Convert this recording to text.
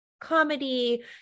comedy